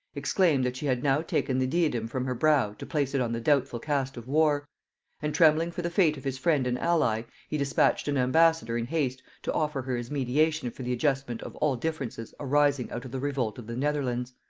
exclaimed, that she had now taken the diadem from her brow to place it on the doubtful cast of war and trembling for the fate of his friend and ally, he dispatched an ambassador in haste to offer her his mediation for the adjustment of all differences arising out of the revolt of the netherlands.